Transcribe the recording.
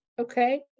okay